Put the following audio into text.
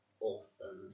awesome